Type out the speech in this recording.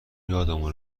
یادمون